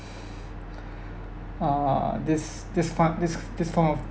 uh these these kind these these kind of